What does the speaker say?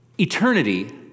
Eternity